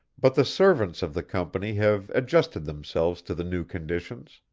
but the servants of the company have adjusted themselves to the new conditions,